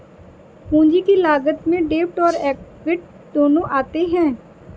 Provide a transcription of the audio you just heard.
पूंजी की लागत में डेब्ट और एक्विट दोनों आते हैं